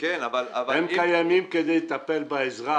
הם קיימים כדי לטפל באזרח,